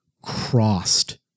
crossed